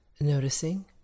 noticing